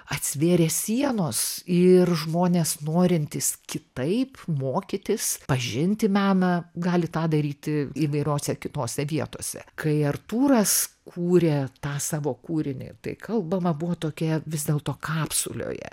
atsivėrė sienos ir žmonės norintys kitaip mokytis pažinti meną gali tą daryti įvairiose kitose vietose kai artūras kūrė tą savo kūrinį tai kalbama buvo tokioje vis dėlto kapsulėje